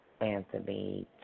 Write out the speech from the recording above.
Anthony